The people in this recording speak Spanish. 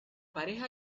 pareja